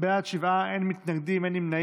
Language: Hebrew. יבגני סובה, אינו נוכח.